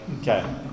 Okay